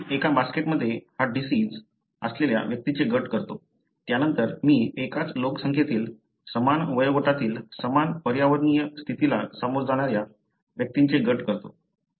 मी एका बास्केटमध्ये हा डिसिज असलेल्या व्यक्तींचे गट करतो त्यानंतर मी एकाच लोकसंख्येतील समान वयोगटातील समान पर्यावरणीय स्थितीला सामोरे जाणाऱ्या व्यक्तींचे गट करतो